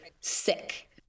sick